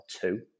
two